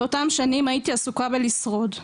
באותן שנים הייתי עסוקה בלשרוד.